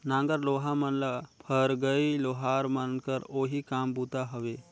नांगर लोहा मन ल फरगई लोहार मन कर ओही काम बूता हवे